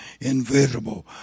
invisible